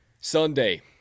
Sunday